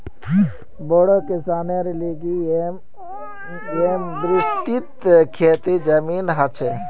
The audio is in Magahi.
बोड़ो किसानेर लिगि येमं विस्तृत खेतीर जमीन ह छे